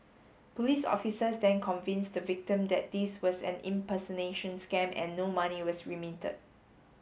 police officers then convinced the victim that this was an impersonation scam and no money was remitted